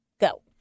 Go